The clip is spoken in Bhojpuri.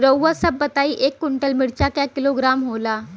रउआ सभ बताई एक कुन्टल मिर्चा क किलोग्राम होला?